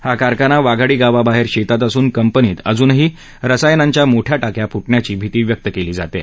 हा कारखाना वाघाडी गावाबाहेर शेतात असून कंपनीत अजूनही रसायनांच्या मोठ्या टाक्या फुटण्याची भिती व्यक्त केली जात आहे